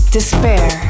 Despair